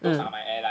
mm